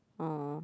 oh